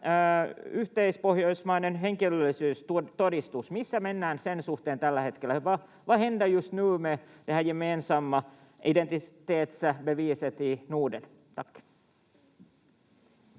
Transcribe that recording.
yhteispohjoismainen henkilöllisyystodistus — missä mennään sen suhteen tällä hetkellä? Vad händer just nu med det här gemensamma identitetsbeviset i Norden?